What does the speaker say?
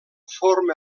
forma